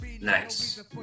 nice